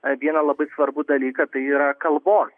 vieną labai svarbų dalyką tai yra kalbos